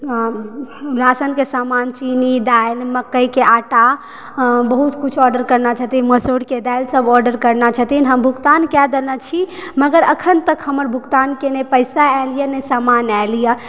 राशनके समान छी चीनी दालि मकइके आटा बहुत कुछ ऑर्डर करने छथिन मसूरके दालि सब आर्डर करने छथिन हम भुगतान कए देने छी मगर अखन तक हमर भुगतानके नहि पैसा आयल यऽ नहि सामान आयल यऽ